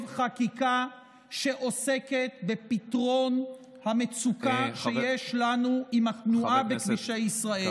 חקיקה שעוסקת בפתרון המצוקה שיש לנו עם התנועה בכבישי ישראל.